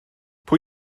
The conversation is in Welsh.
pwy